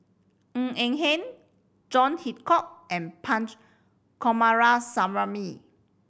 Ng Eng Hen John Hitchcock and Punch Coomaraswamy